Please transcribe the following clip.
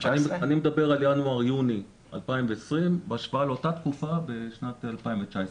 אני מדבר על ינואר עד יוני 2020 בהשוואה לאותה תקופה בשנת 2019,